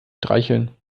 streicheln